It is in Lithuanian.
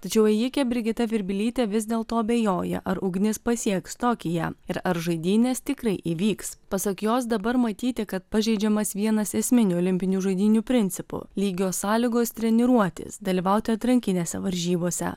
tačiau ėjikė brigita virbilytė vis dėlto abejoja ar ugnis pasieks tokiją ir ar žaidynės tikrai įvyks pasak jos dabar matyti kad pažeidžiamas vienas esminių olimpinių žaidynių principų lygios sąlygos treniruotis dalyvauti atrankinėse varžybose